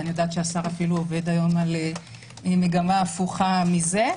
ואני יודעת שהשר אפילו עובד היום על מגמה הפוכה מזה,